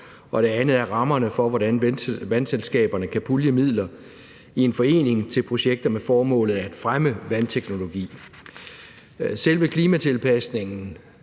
og det andet er rammerne for, hvordan vandselskaberne kan pulje midler i en forening til projekter med formålet at fremme vandteknologi. I forhold til selve klimatilpasningen